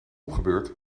opgebeurd